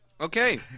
okay